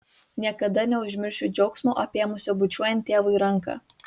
niekada neužmiršiu džiaugsmo apėmusio bučiuojant tėvui ranką